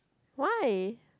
why